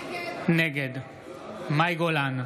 נגד מאי גולן,